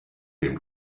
him